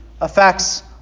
affects